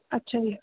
ਅੱਛਾ ਜੀ